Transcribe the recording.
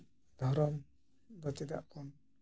ᱫᱷᱚᱨᱚᱢ ᱫᱚ ᱪᱮᱫᱟᱜ ᱵᱚᱱ